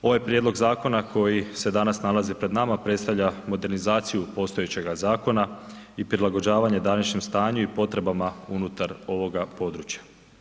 Ovaj prijedlog zakona koji se danas nalazi pred nama predstavlja modernizaciju postojećega zakona i prilagođavanja današnjem stanju i potrebama unutar ovoga područja.